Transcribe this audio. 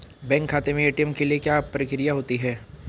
Bank खाते में ATM के लिए क्या प्रक्रिया होती है?